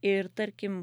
ir tarkim